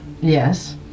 Yes